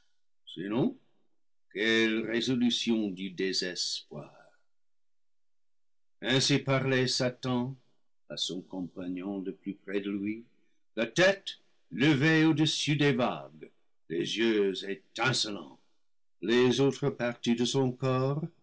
sinon quelle résolution du désespoir ainsi parlait satan à son compagnon le plus près de lui la tête levée au-dessus des vagues les yeux étincelants les autres parties de son corps